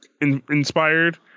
inspired